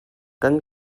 kan